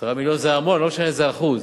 10 מיליון זה המון, לא משנה איזה אחוז.